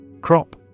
Crop